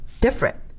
different